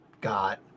got